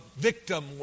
victim